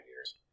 years